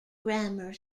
grammar